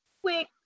quick